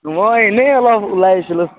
মই এনেই অলপ ওলাই আহিছিলোঁ